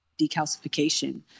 decalcification